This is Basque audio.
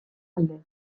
alde